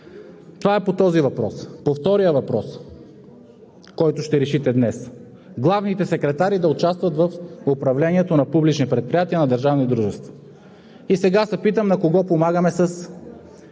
Това е по този въпрос. По втория въпрос, който ще решите днес – главните секретари да участват в управлението на публични предприятия – държавни дружества. И се питам на кого помагаме с